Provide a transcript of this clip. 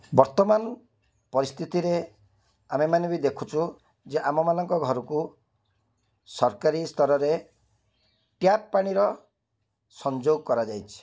ବର୍ତ୍ତମାନ ପରିସ୍ଥିତିରେ ଆମେମାନେ ବି ଦେଖୁଛୁ ଯେ ଆମମାନଙ୍କ ଘରକୁ ସରକାରୀ ସ୍ତରରେ ଟ୍ୟାପ୍ ପାଣିର ସଂଯୋଗ କରାଯାଇଛି